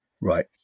right